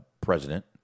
president